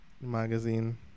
magazine